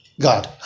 God